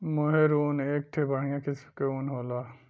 मोहेर ऊन एक ठे बढ़िया किस्म के ऊन होला